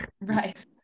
Right